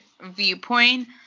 viewpoint